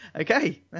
Okay